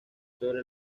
sobre